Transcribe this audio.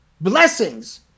blessings